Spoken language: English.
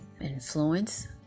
influence